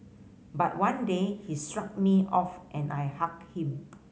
but one day he shrugged me off and I hug him